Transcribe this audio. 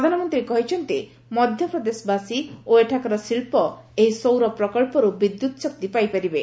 ପ୍ରଧାନମନ୍ତ୍ରୀ କହିଛନ୍ତି ମଧ୍ୟପ୍ରଦେଶବାସୀ ଓ ଏଠାକାର ଶିଳ୍ପ ଏହି ସୌର ପ୍ରକଳ୍ପରୁ ବିଦ୍ୟୁତ ଶକ୍ତି ପାଇପାରିବେ